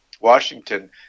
Washington